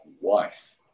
wife